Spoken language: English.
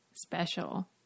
Special